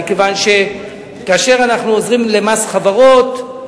מכיוון שכאשר אנחנו עוזרים למס חברות,